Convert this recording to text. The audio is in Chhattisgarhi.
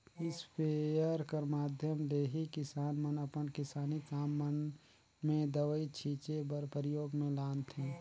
इस्पेयर कर माध्यम ले ही किसान मन अपन किसानी काम मन मे दवई छीचे बर परियोग मे लानथे